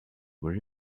were